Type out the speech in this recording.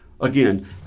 Again